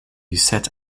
set